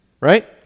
Right